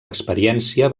experiència